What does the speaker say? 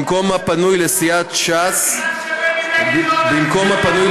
במקום הפנוי לסיעת ש"ס, יואב, אין